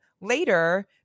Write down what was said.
later